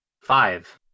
Five